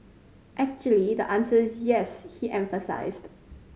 actually the answer is yes he emphasised